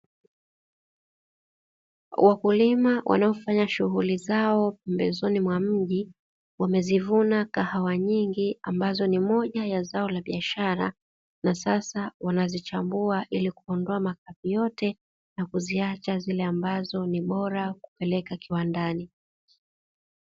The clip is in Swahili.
Wakulima wanaofanya shughuli zao pembezoni mwa mji wamezivuna kahawa nyingi, ambayo ni moja ya mazao la biashara na sasa wazichambua ili kuondoa makapi yote na kuacha zile bora pekee ambazo zitapelekwa kiwandani.